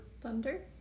Thunder